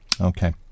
Okay